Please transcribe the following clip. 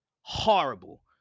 horrible